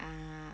ah